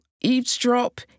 eavesdrop